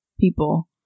people